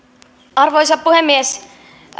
arvoisa puhemies